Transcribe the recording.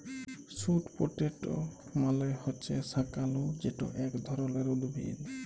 sweet potato মালে হছে শাঁকালু যেট ইক ধরলের উদ্ভিদ